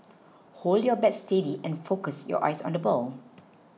hold your bat steady and focus your eyes on the ball